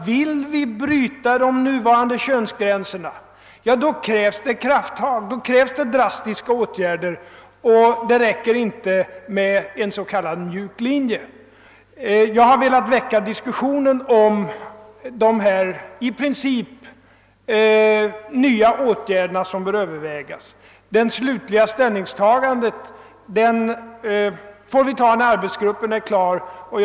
Vill vi bryta de nuvarande könsgränserna krävs det krafttag och drastiska åtgärder; det räcker inte med en s.k. mjuk linje. Jag har velat väcka en diskussion om dessa i princip nya åtgärder. Det slutliga ställningstagandet får vi göra när arbetsgruppen är klar med sitt arbete.